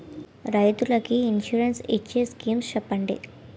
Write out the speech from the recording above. రైతులు కి ఇన్సురెన్స్ ఇచ్చే స్కీమ్స్ చెప్పండి?